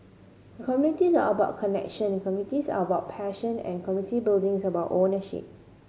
community are about connection communities are about passion and community building is about ownership